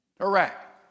Iraq